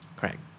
Correct